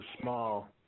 small